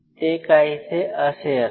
ते काहीसे असे असते